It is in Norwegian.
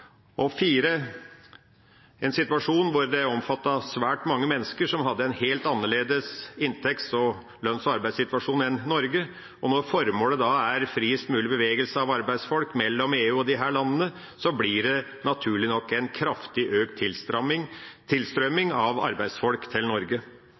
en utvidelse som omfattet svært mange mennesker som hadde en helt annerledes inntekts-, lønns- og arbeidssituasjon enn i Norge. Når formålet er friest mulig bevegelse av arbeidsfolk mellom EU og disse landene, blir det naturlig nok en kraftig økt